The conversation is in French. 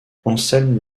anselme